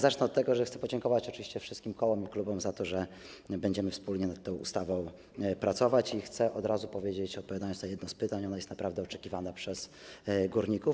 Zacznę od tego, że chcę podziękować wszystkim kołom i klubom za to, że będziemy wspólnie nad tą ustawą pracować, i od razu powiedzieć, odpowiadając na jedno z pytań, że ona jest naprawdę oczekiwana przez górników.